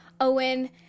Owen